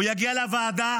והוא יגיע לוועדה,